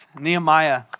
Nehemiah